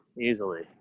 Easily